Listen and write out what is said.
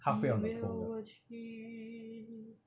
we will achieve